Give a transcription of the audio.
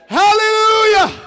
hallelujah